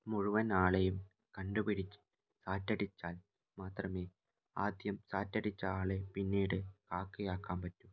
മുഴുവനാളെയും കണ്ട് പിടിച്ച് സാറ്റടിച്ചാൽ മാത്രമേ ആദ്യം സാറ്റടിച്ച ആളെ പിന്നീട് കാക്കയാക്കാൻ പറ്റൂ